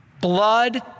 Blood